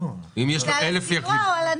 זה על הסיוע או על?